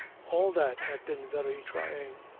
all that had been very trying.